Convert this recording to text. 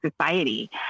society